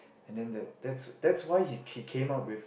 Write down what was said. and then that that's that's why he came out with